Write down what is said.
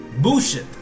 Bullshit